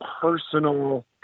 personal